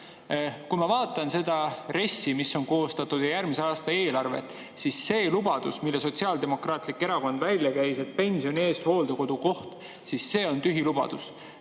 Kui ma vaatan seda RES‑i, mis on koostatud, ja järgmise aasta eelarvet, siis see lubadus, mille Sotsiaaldemokraatlik Erakond välja käis, et pensioni eest hooldekodukoht, on tühi lubadus.